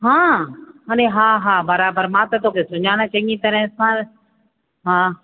हा अरे हा हा बराबरि मां त तोखे सुञाणा चङी तरह सां हा